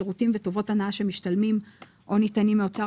שירותים וטובות הנאה שמשתלמים או ניתנים מאוצר